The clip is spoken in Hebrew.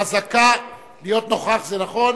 להיות נוכח, החזקה להיות נוכח זה נכון.